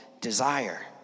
desire